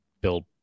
build